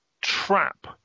Trap